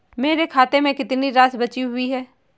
मेरे खाते में कितनी राशि बची हुई है?